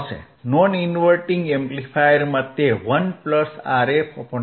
non inverting એમ્પ્લીફાયરમાં તે 1Rf Rin હશે